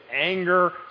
anger